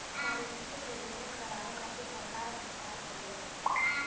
मवेशी के प्रजनन करावे खातिर सरकार अस्पताल खोलले हउवे